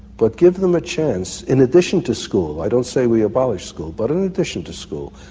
but give them a chance, in addition to school, i don't say we abolish school, but in addition to school,